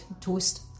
toast